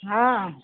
हँ